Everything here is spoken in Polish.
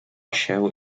się